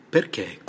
Perché